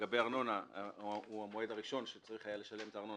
לגבי ארנונה הוא המועד הראשון שצריך היה לשלם את הארנונה,